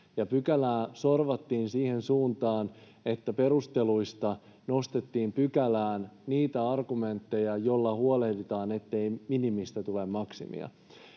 pykälää sorvattiin siihen suuntaan, että perusteluista nostettiin pykälään niitä argumentteja, joilla huolehditaan, ettei minimistä tulee maksimi.